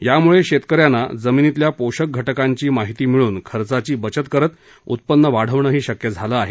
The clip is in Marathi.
यामुळे शेतकऱ्यांना जमिनीतल्या पोषक घटकांची माहिती मिळून खर्चाची बचत करत उत्पन्न वाढवणंही शक्य झालं आहे